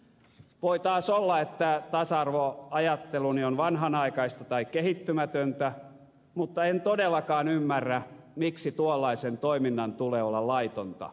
voi taas olla että tasa arvoajatteluni on vanhanaikaista tai kehittymätöntä mutta en todellakaan ymmärrä miksi tuollaisen toiminnan tulee olla laitonta